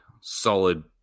solid